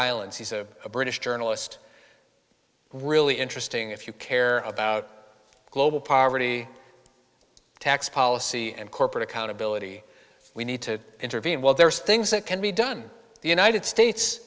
island he's a british journalist really interesting if you care about global poverty tax policy and corporate accountability we need to intervene well there are things that can be done the united states